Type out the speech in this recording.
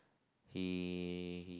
he